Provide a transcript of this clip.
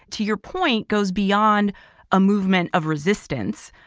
to your point, goes beyond a movement of resistance.